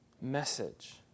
message